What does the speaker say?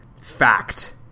Fact